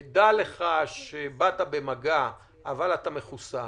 דע לך שבאת במגע אבל אתה מחוסן,